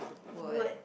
what